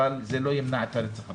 אבל זה לא ימנע את הרצח הבא.